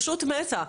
פשוט מתה.